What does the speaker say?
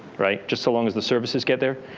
right. just so long as the services get there.